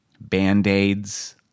band-aids